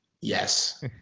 Yes